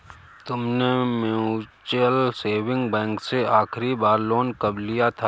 तुमने mutual saving bank से आखरी बार लोन कब लिया था?